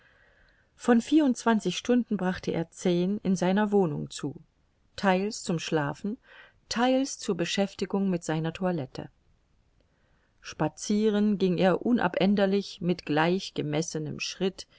von vierundzwanzig stunden brachte er zehn in seiner wohnung zu theils zum schlafen theils zur beschäftigung mit seiner toilette spazieren ging er unabänderlich mit gleich gemessenem schritt